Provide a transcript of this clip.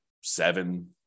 seven